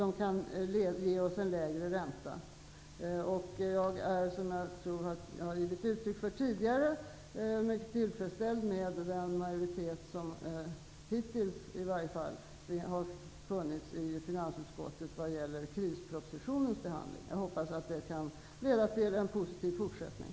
Jag är, som jag tror jag givit uttryck för tidigare, mycket tillfredsställd med den majoritet som i varje fall hittills funnits i finansutskottet vad gäller behandlingen av krispropositionen. Jag hoppas att det kan leda till en positiv fortsättning.